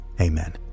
amen